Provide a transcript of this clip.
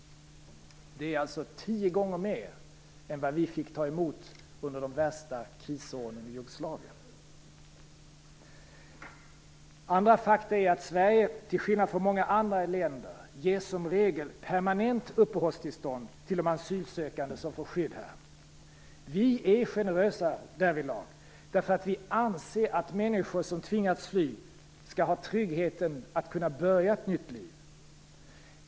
Det är alltså tio gånger mer än vad vi fick ta emot under de värsta krisåren i f.d. Jugoslavien. Ett annat faktum är att Sverige, till skillnad från många andra länder, som regel ger permanent uppehållstillstånd till de asylsökande som får skydd här. Vi är generösa därvidlag, därför att vi anser att människor som har tvingats att fly skall ha tryggheten att kunna börja ett nytt liv.